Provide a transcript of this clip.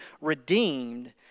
redeemed